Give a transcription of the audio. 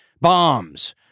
Bombs